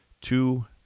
two